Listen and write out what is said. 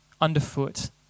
underfoot